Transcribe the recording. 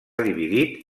dividit